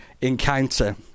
encounter